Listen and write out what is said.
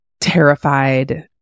terrified